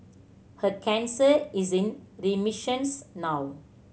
her cancer is in remissions now